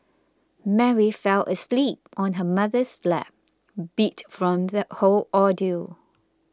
Mary fell asleep on her mother's lap beat from the whole ordeal